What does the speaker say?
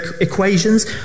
equations